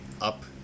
up